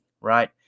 right